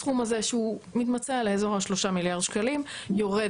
הסכום הזה שהוא מתמצע לאזור ה-3 מיליארד שקלים יורד